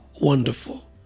wonderful